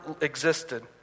existed